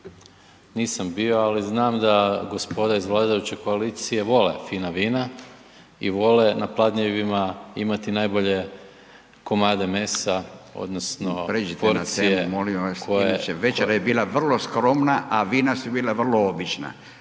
nisam bio, ali znam da gospoda iz vladajuće koalicije vole fina vina i vole na pladnjevima imati najbolje komade mesa odnosno porcije koje… **Radin, Furio (Nezavisni)** Pređite na temu, molim vas, večera je bila vrlo skromna, a vina su bila vrlo obična,